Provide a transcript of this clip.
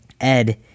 Ed